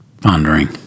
pondering